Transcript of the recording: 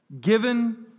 given